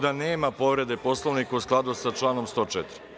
Tako da, nema povrede Poslovnika u skladu sa članom 104.